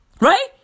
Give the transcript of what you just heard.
Right